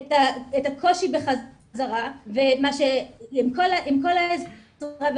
את הקושי בחזרה ועם כל העזרה,